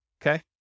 Okay